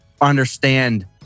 understand